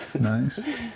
Nice